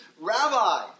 Rabbi